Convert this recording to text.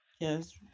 Yes